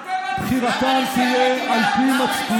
לא בחדרי-חדרים, לא מאחורי הפרגוד.